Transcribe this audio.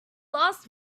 last